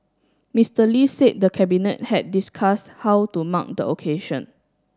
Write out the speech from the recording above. Mister Lee said the Cabinet had discussed how to mark the occasion